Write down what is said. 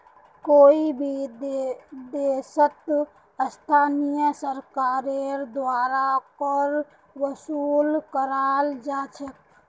कोई भी देशत स्थानीय सरकारेर द्वारा कर वसूल कराल जा छेक